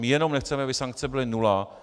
Jenom nechceme, aby sankce byly nula.